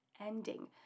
ending